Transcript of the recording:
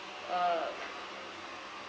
err